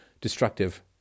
destructive